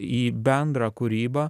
į bendrą kūrybą